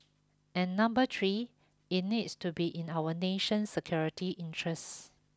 and number three it needs to be in our national security interests